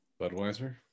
Budweiser